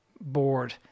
board